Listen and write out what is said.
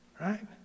right